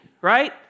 right